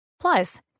Plus